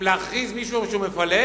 אם להכריז על מישהו שהוא מפלג,